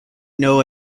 know